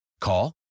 Call